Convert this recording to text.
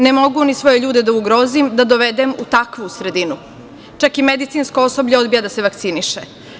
Ne mogu ni svoje ljude da ugrozim, da dovedem u takvu sredinu, čak i medicinsko osoblje odbija da se vakciniše.